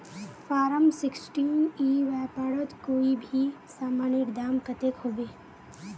Form sixteen ई व्यापारोत कोई भी सामानेर दाम कतेक होबे?